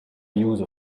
use